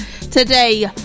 today